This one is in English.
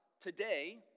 today